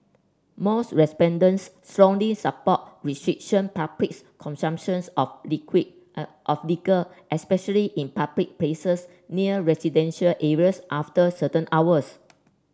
most respondents strongly support restriction public's consumptions of liquid of liquor especially in public places near residential areas after certain hours